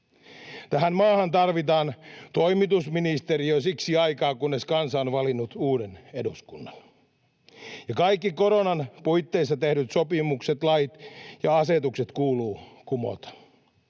Tähän maahan tarvitaan toimitusministeristö siksi aikaa, kunnes kansa on valinnut uuden eduskunnan, ja kaikki koronan puitteissa tehdyt sopimukset, lait ja asetukset kuuluu kumota.